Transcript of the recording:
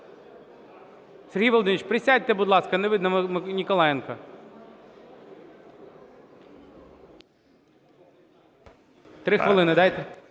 Сергій Володимирович, присядьте, будь ласка, не видно Ніколаєнка. Три хвилини дайте.